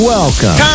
Welcome